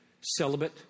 celibate